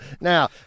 Now